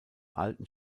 alten